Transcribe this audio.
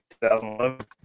2011